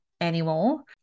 anymore